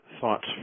thoughts